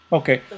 okay